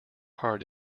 heart